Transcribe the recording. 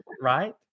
right